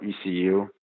ECU